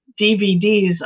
DVDs